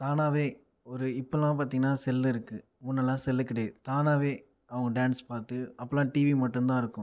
தானாகவே ஒரு இப்போலாம் பார்த்தீங்கனா செல்லு இருக்குது முன்னெலாம் செல்லு கிடையாது தானாகவே அவங்க டான்ஸ் பார்த்து அப்போலாம் டிவி மட்டும் தான் இருக்கும்